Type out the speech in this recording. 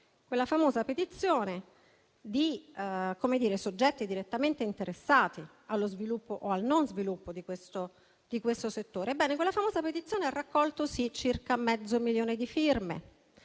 quella famosa petizione di soggetti direttamente interessati ad impedire lo sviluppo di questo settore. Ebbene, quella famosa petizione ha raccolto - sì - circa mezzo milione di firme,